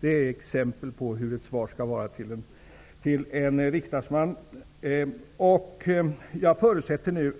Det är ett exempel på hur ett svar till en riksdagsman skall vara. Jag förutsätter nu